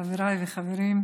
חבריי וחברים,